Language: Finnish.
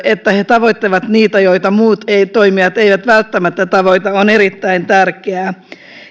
että he tavoittavat niitä joita muut toimijat eivät välttämättä tavoita järjestöjen työ on erittäin tärkeää